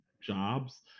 jobs